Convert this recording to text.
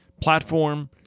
platform